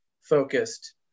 focused